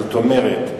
זאת אומרת,